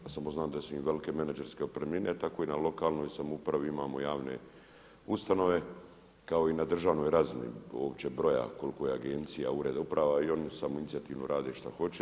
Ja samo znam da su im velike menađerske otpremnine, jer tako i na lokalnoj samoupravi imamo javne ustanove kao i na državnoj razini uopće broja koliko je agencija, ureda, uprava i oni samoinicijativno rade šta hoće.